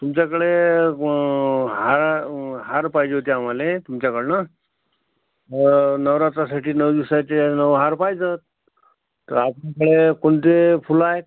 तुमच्याकडे हारा हार पाहिजे होते आम्हाला तुमच्याकडून नवरात्रीसाठी नऊ दिवसाचे नऊ हार पाहिजेत तर आपल्या कोणते फुलं आहेत